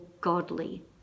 godly